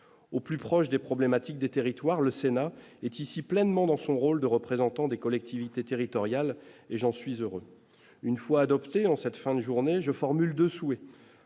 au plus proche des problématiques, des territoires, le Sénat est ici pleinement dans son rôle de représentant des collectivités territoriales et j'en suis heureux une fois adoptée en cette fin de journée, je formule dessous